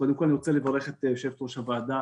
קודם כול, אני רוצה לברך את יושבת-ראש הוועדה